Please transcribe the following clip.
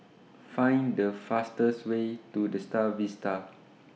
Find The fastest Way to The STAR Vista